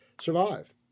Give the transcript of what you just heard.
survive